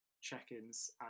check-ins